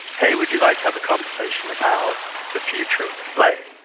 hey, would you like to have a conversation about the future of play,